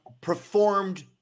performed